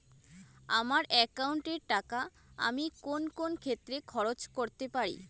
আমার একাউন্ট এর টাকা আমি কোন কোন ক্ষেত্রে খরচ করতে পারি?